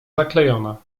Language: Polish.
zaklejona